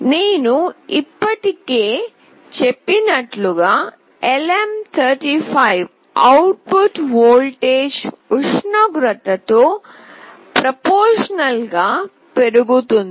నేను ఇప్పటికే చెప్పినట్లుగా LM35 అవుట్ పుట్ వోల్టేజ్ ఉష్ణోగ్రతతో సరళం గా పెరుగుతుంది